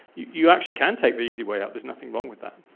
you actually can take the easy way out there's nothing wrong with that.